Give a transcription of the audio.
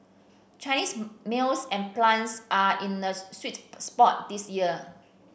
Cinese mills and plants are in a sweet spot this year